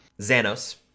Xanos